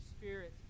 Spirit